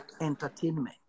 entertainment